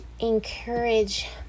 encourage